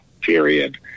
period